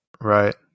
Right